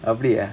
அப்டியா:apdiyaa